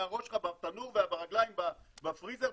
שהראש שלך בתנור והרגליים בפריזר,